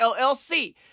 LLC